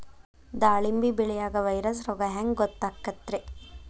ದಾಳಿಂಬಿ ಬೆಳಿಯಾಗ ವೈರಸ್ ರೋಗ ಹ್ಯಾಂಗ ಗೊತ್ತಾಕ್ಕತ್ರೇ?